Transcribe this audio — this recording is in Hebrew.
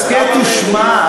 הסכת ושמע,